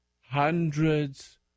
hundreds